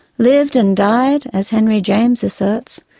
lived and died, as henry james asserts,